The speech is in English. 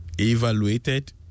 evaluated